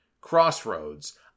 crossroads